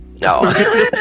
No